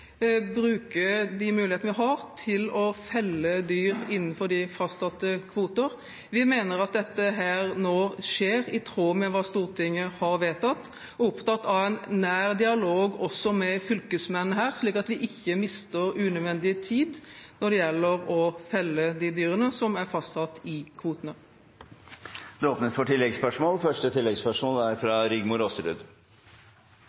bruke de mulighetene vi har, til å felle dyr innenfor de fastsatte kvotene. Vi mener at dette nå skjer i tråd med hva Stortinget har vedtatt, og er opptatt av en nær dialog også med fylkesmennene, slik at vi ikke mister unødvendig tid når det gjelder å felle de dyrene som er fastsatt i kvotene. Det åpnes for